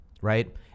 right